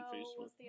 Facebook